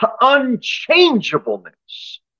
unchangeableness